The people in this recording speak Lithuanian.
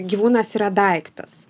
gyvūnas yra daiktas